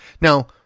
Now